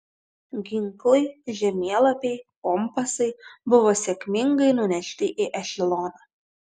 ginklai žemėlapiai kompasai buvo sėkmingai nunešti į ešeloną